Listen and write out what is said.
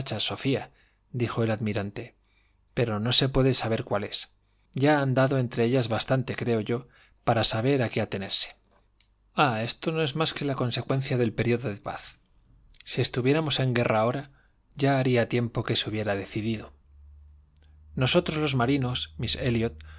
sofíadijo el almirante pero no se puede saber cuál es ya ha andado entre ellas bastante creo yo para saber a qué atenerse ah esto no es más que la consecuencia del período de paz si estuviéramos en guerra ahora ya haría tiempo que se hubiera decidido nosotros los marinos